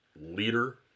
leader